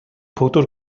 powdr